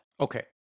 Okay